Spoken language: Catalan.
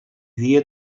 dia